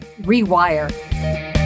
rewire